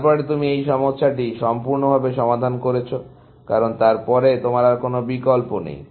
তারপরে তুমি এই সমস্যাটি সম্পূর্ণভাবে সমাধান করেছো কারণ তারপরে তোমার আর কোন বিকল্প নেই